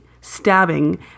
stabbing